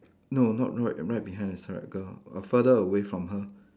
no not not right right behind is her girl err further away from her